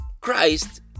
Christ